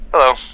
Hello